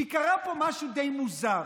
כי קרה פה משהו די מוזר: